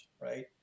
right